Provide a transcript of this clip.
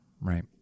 right